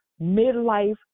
midlife